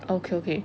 okay okay